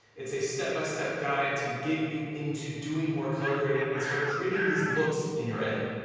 it's a step by step guide to get you into doing more color grading and start creating these looks in your edit.